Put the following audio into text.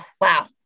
wow